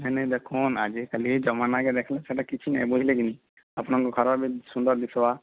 ନାଇଁ ନାଇଁ ଦେଖୁନ୍ ଆଜିକାଲି ଜମାନେ କେ ଦେଖିଲେ ସେଇଟା କିଛି ନାହିଁ ବୁଝିଲେ କି ଆପଣଙ୍କୁ ଖରାପ ଏବେ ସୁନ୍ଦର ଦିଶିବା